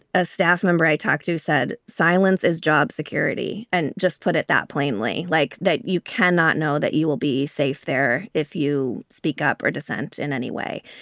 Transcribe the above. a staff member i talked to said silence is job security and just put it that plainly like that. you cannot know that you will be safe there if you speak up or dissent in any way.